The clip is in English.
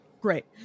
Great